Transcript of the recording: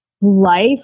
life